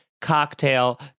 cocktail